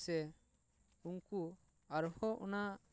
ᱥᱮ ᱩᱱᱠᱩ ᱟᱨᱦᱚᱸ ᱚᱱᱟ